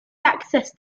access